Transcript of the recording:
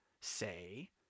say